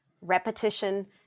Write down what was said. repetition